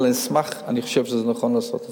אני אשמח, אני חושב שנכון לעשות את זה.